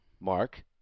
Mark